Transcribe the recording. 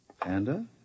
Panda